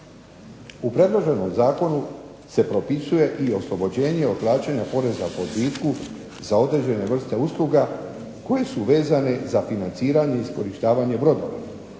U predloženom zakonu se propisuje i oslobođenje od plaćanja poreza po odbitku za određene vrste usluge koje su vezane za financiranje i iskorištavanje brodova.